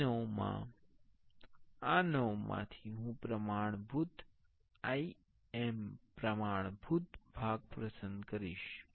અહીં નવામા આ નવામાથી હું પ્રમાણભૂત I A M પ્રમાણભૂત ભાગ પસંદ કરીશ